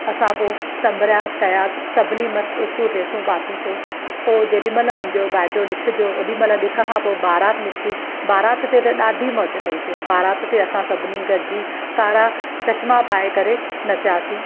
असां पोइ संभिरासीं कयासीं सभिनि मस्त उचियूं ड्रेसूं पातियुसीं पोइ जेॾी महिल मुंहिंजो भाइटो ॾिख़ जो ओॾी महिल ॾिख़ खां पोइ बाराति निकिती बारात ते त ॾाढी मौज कइसी बारात ते असां सभिनी गॾिजी कारा चश्मा पाए करे नचियासीं